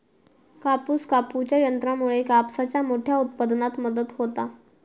कापूस कापूच्या यंत्रामुळे कापसाच्या मोठ्या उत्पादनात मदत होता